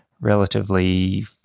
Relatively